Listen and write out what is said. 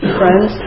friends